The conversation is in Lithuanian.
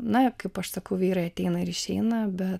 na kaip aš sakau vyrai ateina ir išeina be